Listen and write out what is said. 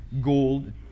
gold